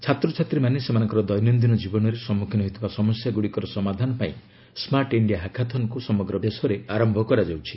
ଛାତ୍ରଛାତ୍ରୀମାନେ ସେମାନଙ୍କର ଦୈନନ୍ଦିନ ଜୀବନରେ ସମ୍ମୁଖୀନ ହେଉଥିବା ସମସ୍ୟାଗୁଡ଼ିକର ସମାଧାନ ପାଇଁ ସ୍କାର୍ଟ୍ ଇଣ୍ଡିଆ ହାକାଥନ୍କୁ ସମଗ୍ର ଦେଶରେ ଆରମ୍ଭ କରାଯାଇଥିଲା